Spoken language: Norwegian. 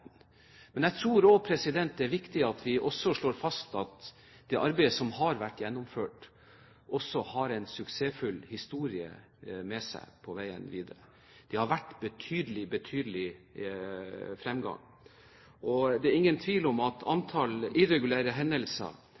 Men jeg tror også det er viktig at vi slår fast at det arbeidet som har vært gjennomført, også har en suksessfull historie med seg på veien videre. Det har vært betydelig fremgang. Det er ingen tvil om at antall irregulære hendelser,